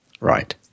Right